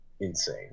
insane